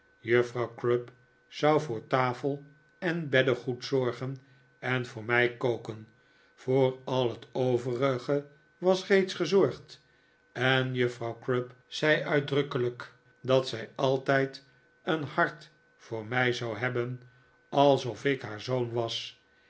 juffrouw crupp zou voor tafel en beddegoed zorgen en voor mij koken voor al het overige was reeds gezorgd en juffrouw crupp zei uitdrukkelijk dat zij altijd een hart voor mij zou hebben alsof ik haar zoon was